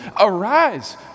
Arise